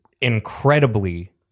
incredibly